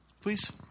Please